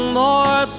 more